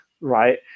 Right